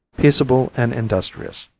peaceable and industrious.